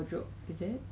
of the box